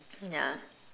ya